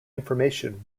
information